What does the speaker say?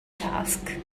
task